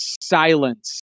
silence